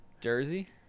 Jersey